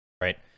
Right